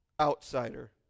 outsider